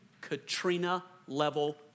Katrina-level